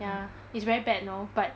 ya it's very bad know but